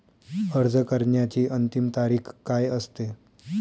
अर्ज करण्याची अंतिम तारीख काय असते?